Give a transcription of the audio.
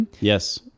Yes